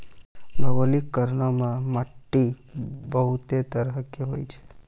भौगोलिक कारणो से माट्टी बहुते तरहो के होय छै